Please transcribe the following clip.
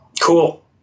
Cool